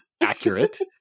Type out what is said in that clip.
accurate